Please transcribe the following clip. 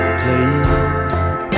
played